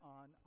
on